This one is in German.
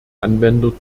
anwender